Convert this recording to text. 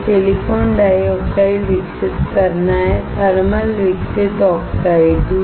यह silicon dioxide विकसित करना है थर्मल विकसित ऑक्साइड